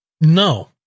No